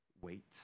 wait